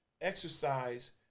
exercise